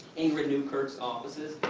ingrid newkirk's offices,